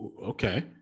Okay